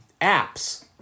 apps